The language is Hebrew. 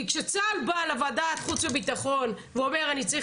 כי כשצה"ל בא לוועדת חוץ וביטחון ואומר אני צריך